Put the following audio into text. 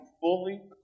fully